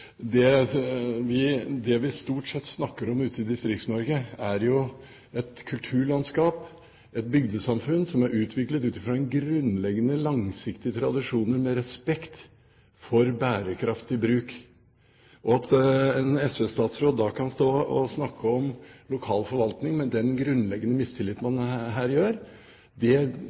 Det vi stort sett snakker om ute i DistriktsNorge, er jo et kulturlandskap, et bygdesamfunn, som er utviklet ut fra grunnleggende, langsiktige tradisjoner med respekt for bærekraftig bruk. At en SV-statsråd da kan stå og snakke om lokal forvaltning med den grunnleggende mistilliten han her gjør,